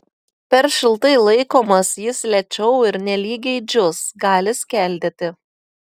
per šiltai laikomas jis lėčiau ir nelygiai džius gali skeldėti